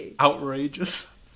outrageous